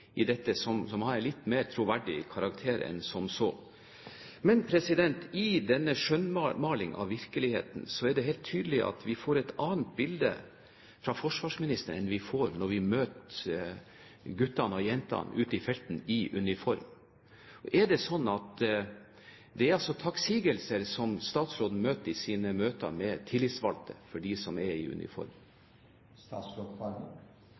i dette som er av en litt mer troverdig karakter enn som så. Men i denne skjønnmaling av virkeligheten er det helt tydelig at vi får et annet bilde fra forsvarsministeren enn vi får når vi møter guttene og jentene ute i felten, i uniform. Er det sånn at det altså er takksigelser statsråden møter i sine møter med tillitsvalgte for dem som er i uniform?